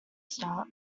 start